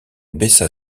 baissa